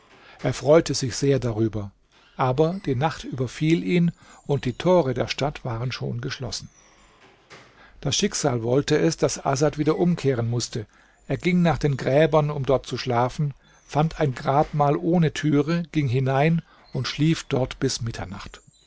er freute sich sehr darüber aber die nacht überfiel ihn und die tore der stadt waren schon geschlossen das schicksal wollte es daß asad wieder umkehren mußte er ging nach den gräbern um dort zu schlafen fand ein grabmal ohne türe ging hinein und schlief dort bis mitternacht